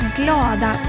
glada